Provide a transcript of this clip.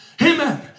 Amen